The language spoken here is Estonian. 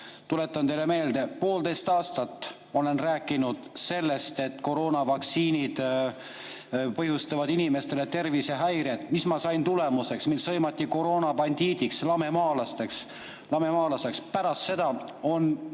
Tuletan teile meelde, et poolteist aastat ma olen rääkinud sellest, et koroonavaktsiinid põhjustavad inimestele tervisehäireid. Mis ma sain tulemuseks? Mind sõimati koroonabandiidiks, lamemaalaseks pärast seda.